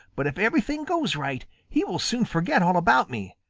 but if everything goes right, he will soon forget all about me.